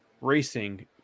Racing